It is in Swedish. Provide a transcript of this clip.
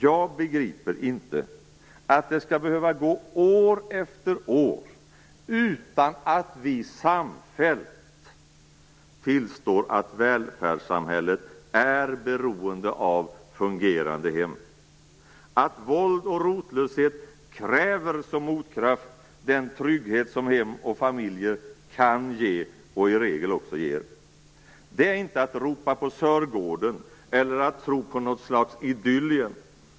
Jag begriper inte att det skall behöva gå år efter år utan att vi samfällt tillstår att välfärdssamhället är beroende av fungerande hem, att våld och rotlöshet som motkraft kräver den trygghet som hem och familjer kan ge och i regel också ger. Det är inte att ropa på Sörgården eller att tro på något "Idyllien".